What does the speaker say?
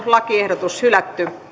lakiehdotus hylätään